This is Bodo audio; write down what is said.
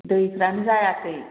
दैफ्रानो जायाखै